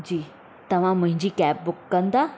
जी तव्हां मुंहिंजी cab book कंदा